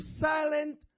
silent